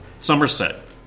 Somerset